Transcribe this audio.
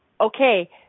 okay